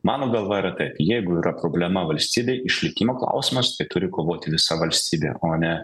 mano galva jeigu yra problema valstybėj išlikimo klausimas tai turi kovoti visa valstybė o ne